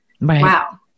wow